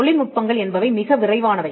தொழில்நுட்பங்கள் என்பவை மிக விரைவானவை